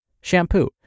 shampoo